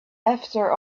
after